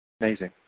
amazing